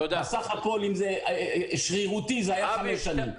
בסך הכול שרירותית זה היה חמש שנים,